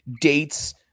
dates